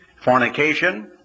fornication